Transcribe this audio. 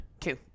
Two